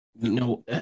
no